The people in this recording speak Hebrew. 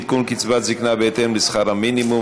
עדכון קצבת זקנה בהתאם לשכר המינימום),